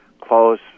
close